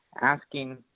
asking